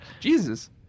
Jesus